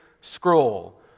scroll